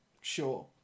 Sure